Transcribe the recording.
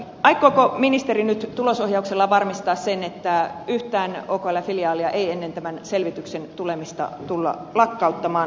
aikooko ministeri nyt tulosohjauksellaan varmistaa sen että yhtään okln filiaalia ei ennen tämän selvityksen tulemista tulla lakkauttamaan